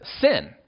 sin